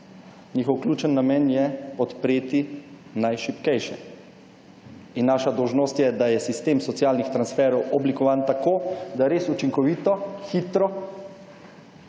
Njihov ključen namen je podpreti najšibkejše. In naša dolžnost je, da je sistem socialnih transferov oblikovan tako, da res učinkovito, hitro